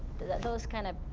that those kind of,